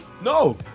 No